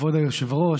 כבוד היושב-ראש,